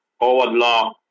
Allah